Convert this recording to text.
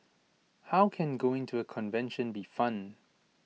how can going to A convention be fun